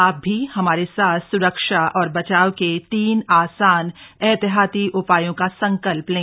आप भी हमारे साथ स्रक्षा और बचाव के तीन आसान एहतियाती उपायों का संकल्प लें